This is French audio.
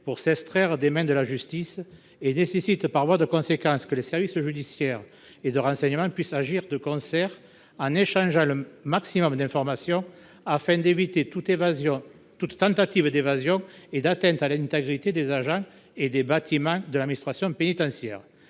pour s’extraire des mains de la justice. Par voie de conséquence, les services judiciaires et de renseignement doivent agir de concert en échangeant le maximum d’informations, afin d’éviter toute tentative d’évasion et d’atteinte à l’intégrité des agents et des bâtiments de l’administration pénitentiaire.